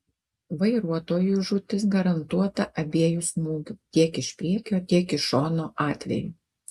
vairuotojui žūtis garantuota abiejų smūgių tiek iš priekio tiek iš šono atveju